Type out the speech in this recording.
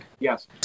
Yes